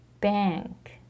bank